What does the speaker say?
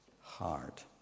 heart